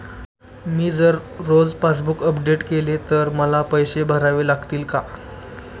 मी जर रोज passbook update केले तर मला पैसे भरावे लागतील का?